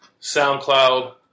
SoundCloud